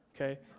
Okay